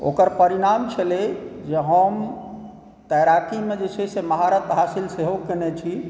ओकर परिणाम छलै जे हम तैराकीमे जे छै से महारथ हासिल सेहो केने छी